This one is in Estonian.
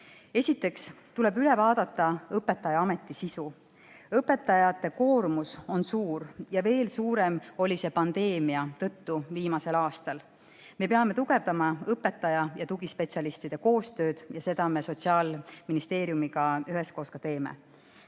Esiteks tuleb üle vaadata õpetajaameti sisu. Õpetajate koormus on suur ja veel suurem oli see pandeemia tõttu viimasel aastal. Me peame tugevdama õpetajate ja tugispetsialistide koostööd ja seda me Sotsiaalministeeriumiga üheskoos ka teeme.